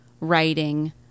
writing